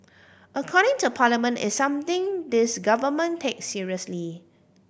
accounting to Parliament is something this Government takes seriously